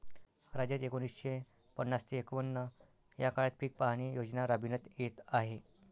राज्यात एकोणीसशे पन्नास ते एकवन्न या काळात पीक पाहणी योजना राबविण्यात येत आहे